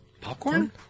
Popcorn